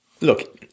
Look